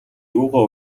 юугаа